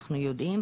אנחנו יודעים,